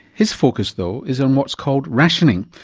his focus though is on what's called rationing,